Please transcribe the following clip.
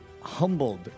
humbled